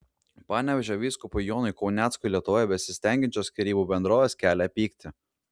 panevėžio vyskupui jonui kauneckui lietuvoje besisteigiančios skyrybų bendrovės kelia pyktį